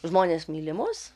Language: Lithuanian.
žmonės myli mus